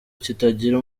kitagira